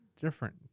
different